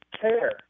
care